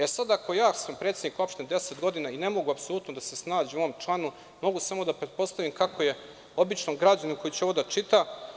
Ako sam ja predsednik opštine 10 godina i apsolutno ne mogu da se snađem u ovom članu, mogu samo da pretpostavim kako je običnom građaninu koji će ovo da čita.